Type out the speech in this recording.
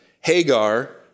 Hagar